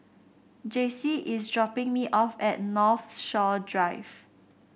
Jaycee is dropping me off at Northshore Drive